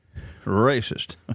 racist